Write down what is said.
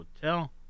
hotel